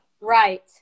Right